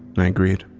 i agreed.